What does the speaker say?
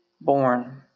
born